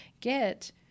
get